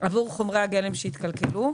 עבור חומרי הגלם שהתקלקלו.